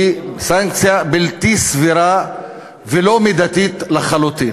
סנקציה בלתי סבירה ולא מידתית לחלוטין.